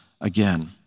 again